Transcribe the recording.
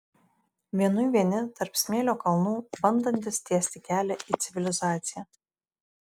vienui vieni tarp smėlio kalnų bandantys tiesti kelią į civilizaciją